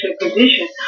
position